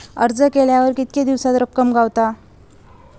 अर्ज केल्यार कीतके दिवसात रक्कम गावता?